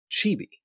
Chibi